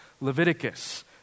Leviticus